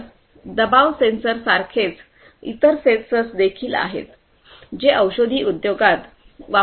तर दबाव सेन्सर यांसारखेच इतर सेन्सर्स देखील आहेत जे औषधी उद्योगात वापरले जातील